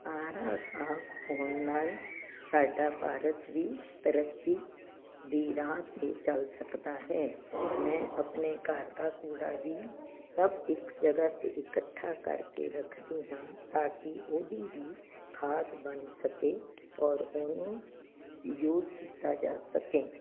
ਸਾਰਾ ਸਾਫ ਮੁਹੱਲਾ ਸਾਡਾ ਭਾਰਤ ਵੀ ਤਰੱਕੀ ਦੀ ਰਾਹ 'ਤੇ ਚਲ ਸਕਦਾ ਹੈ ਮੈਂ ਆਪਣੇ ਘਰ ਦਾ ਕੂੜਾ ਵੀ ਸਭ ਇੱਕ ਜਗ੍ਹਾ 'ਤੇ ਇਕੱਠਾ ਕਰਕੇ ਰੱਖਦੀ ਹਾਂ ਤਾਂ ਕਿ ਉਹਦੀ ਵੀ ਖਾਦ ਬਣ ਸਕੇ ਔਰ ਉਹਨੂੰ ਅਸੀਂ ਯੂਜ ਕੀਤਾ ਜਾ ਸਕੇ